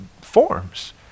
forms